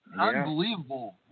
unbelievable